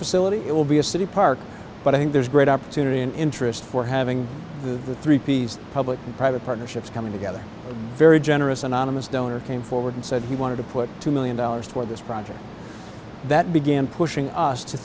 facility it will be a city park but i think there's great opportunity in interest for having the three p's public and private partnerships coming together very generous anonymous donor came forward and said he wanted to put two million dollars for this project that began pushing us to